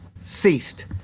ceased